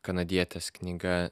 kanadietės knyga